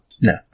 no